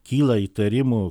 kyla įtarimų